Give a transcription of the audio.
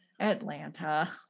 Atlanta